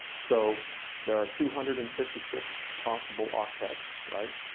so there are two hundred and fifty six possible octets. right?